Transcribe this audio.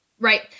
Right